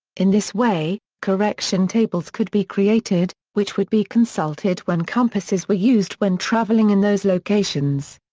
in this way, correction tables could be created, which would be consulted when compasses were used when traveling in those locations.